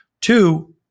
Two